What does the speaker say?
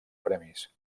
premis